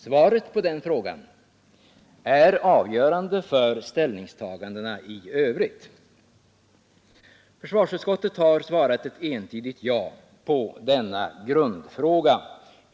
Svaret på den frågan är avgörande för ställningstagandena. Försvarsutskottet har svarat ett entydigt ja på denna grundfråga.